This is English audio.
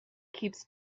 keeps